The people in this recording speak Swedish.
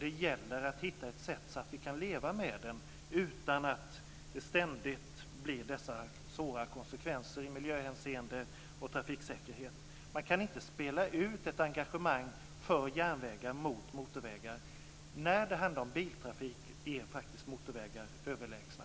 Det gäller att hitta ett sätt som gör att vi kan leva med den utan att det ständigt blir dessa svåra konsekvenser i miljöhänseende och i fråga om trafiksäkerhet. Man kan inte spela ut ett engagemang för järnvägar mot motorvägar. När det handlar om biltrafik är faktiskt motorvägar överlägsna.